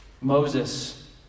Moses